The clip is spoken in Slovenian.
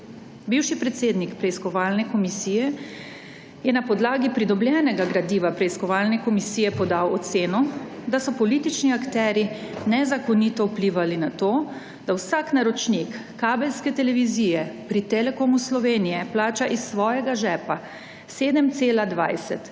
Bivši predsednik preiskovalne komisije je na podlagi pridobljenega gradiva preiskovalne komisije podal oceno, da so politični akterji nezakonito vplivali na to, da vsak naročnik kabelske televizije pri Telekomu Slovenije plača iz svojega žepa 7,20